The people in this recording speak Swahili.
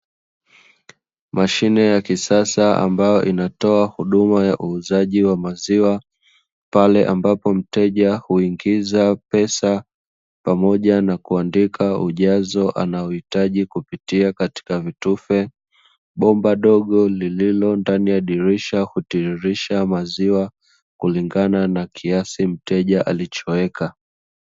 Mashine ya kisasa ambayo inatowa huduma ya uuzaji wa maziwa pale ambapo mteja huingiza pesa pamoja kuandika ujazo anaohitaji kupitiya katika vitufe. Bomba dogo lililo ndani ya dirisha hutiririsha maziwa kulingana na kiasi mteja alichoweka.